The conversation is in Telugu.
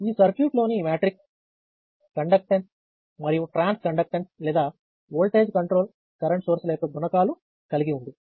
ఈ సర్క్యూట్లోని G మ్యాట్రిక్స్ కండక్టెన్స్ మరియు ట్రాన్స్ కండక్టెన్స్ లేదా వోల్టేజ్ కంట్రోల్ కరెంట్ సోర్స్ల యొక్క గుణకాలు కలిగి ఉంది